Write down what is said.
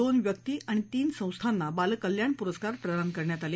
दोन व्यक्ती आणि तीन संस्थांना बालकल्याण पुरस्कार प्रदान करण्यात आले